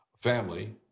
family